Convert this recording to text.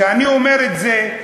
כשאני אומר את זה,